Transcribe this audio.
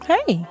Hey